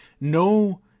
no